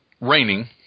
Raining